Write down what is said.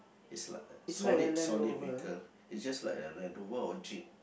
it's like solid solid vehicle it's just like a land rover or jeep